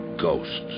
Ghosts